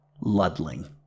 Ludling